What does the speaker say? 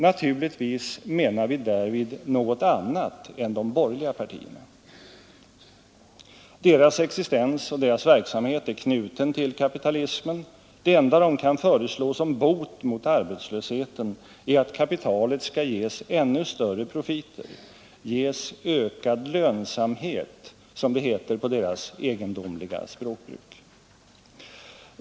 Naturligtvis menar vi därvid något annat än de borgerliga partierna. Deras existens och deras verksamhet är knuten till kapitalismen. Det enda de kan föreslå som bot mot arbetslösheten är att kapitalet skall ges ännu större profiter, ges ”ökad lönsamhet” som det heter i deras egendomliga språkbruk.